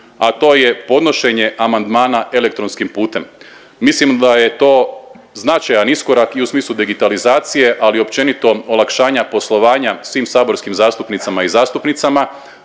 a to je podnošenje amandmana elektronskim putem. Mislim da je to značajan iskorak i u smislu digitalizacije, ali i općenito olakšanja poslovanja svim saborskim zastupnicama i zastupnicima,